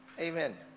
Amen